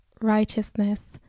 Righteousness